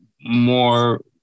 more